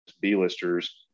B-listers